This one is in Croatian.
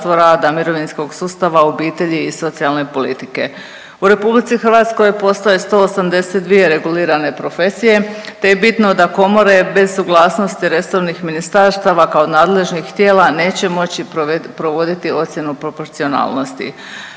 mirovinskog sustava, obitelji i socijalne politike. U RH postoje 182 regulirane profesije te je bitno da komore bez suglasnosti resornih ministarstava kao nadležnih tijela neće moći provoditi ocjenu proporcionalnosti.